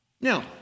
Now